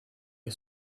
est